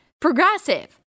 progressive